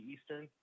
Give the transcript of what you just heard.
Eastern